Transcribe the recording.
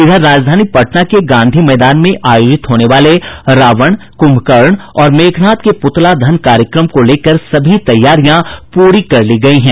इधर राजधानी पटना के गांधी मैदान में आयोजित होने वाले रावण कुंभकर्ण और मेघनाथ के पुतला दहन कार्यक्रम को लेकर सभी तैयारियां पूरी कर ली गयी हैं